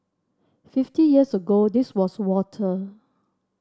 fifty years ago this was water